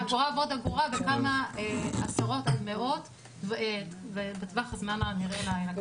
אגורה ועוד אגורה וכמה עשרות על מאות בטווח הזמן הנראה לעין.